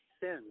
sins